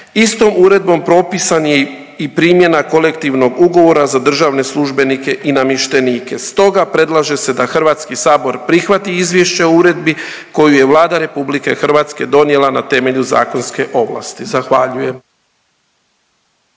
Istom uredbom propisan je i primjena kolektivnog ugovora za državne službenike i namještenike. Stoga predlaže se da HS prihvati Izvješće o uredbi koju je Vlada RH donijela na temelju zakonske ovlasti, zahvaljujem.